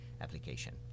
application